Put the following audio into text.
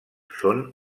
són